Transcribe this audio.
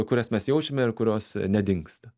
kurias mes jaučiame ir kurios nedingsta